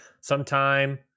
sometime